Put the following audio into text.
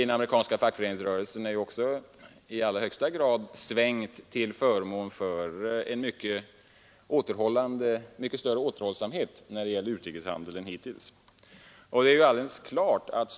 Den amerikanska fackföreningsrörelsen har ju också i allra högsta grad svängt till förmån för en mycket större återhållsamhet än hittills när det gäller utrikeshandel.